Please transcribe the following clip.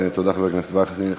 תודה, חבר הכנסת וקנין.